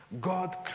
God